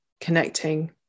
connecting